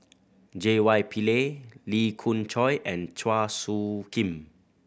J Y Pillay Lee Khoon Choy and Chua Soo Khim